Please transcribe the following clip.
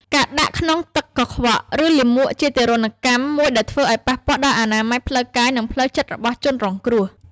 ការដាក់ក្នុងទឹកកខ្វក់ ឬលាមកជាទារុណកម្មមួយដែលធ្វើឱ្យប៉ះពាល់ដល់អនាម័យផ្លូវកាយនិងផ្លូវចិត្តរបស់ជនរងគ្រោះ។